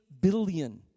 billion